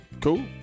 Cool